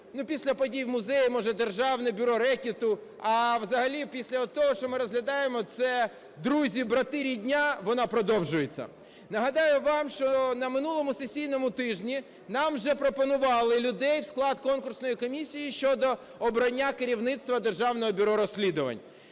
після події в музеї, може, державне бюро рекету. А взагалі після отого, що ми розглядаємо, це друзі, брати, рідня – воно продовжується. Нагадаю вам, що на минулому сесійному тижні нам вже пропонували людей в склад конкурсної комісії щодо обрання керівництва Державного бюро розслідувань.